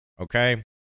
okay